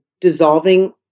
dissolving